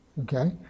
Okay